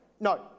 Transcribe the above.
No